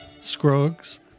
Scruggs